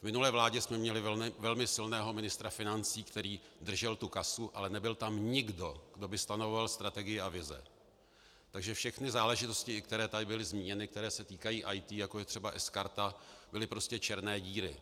V minulé vládě jsme měli velmi silného ministra financí, který držel kasu, ale nebyl tam nikdo, kdo by stanovoval strategii a vize, takže všechny záležitosti, které tady byly zmíněny, které se týkají IT, jako je třeba sKarta, byly prostě černé díry.